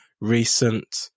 recent